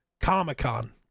Comic-Con